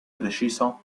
preciso